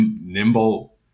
nimble